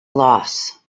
loss